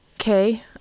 okay